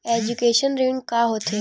Education ऋण का होथे?